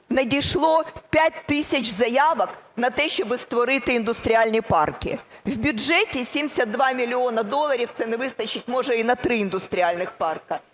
надійшло 5 тисяч заявок на те, щоб створити індустріальні парки. В бюджеті 72 мільйона доларів. Це не вистачить, може, і на три індустріальних парки.